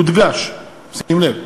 יודגש, שים לב,